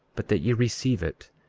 but that ye receive it,